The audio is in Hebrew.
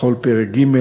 בכל פרק ג',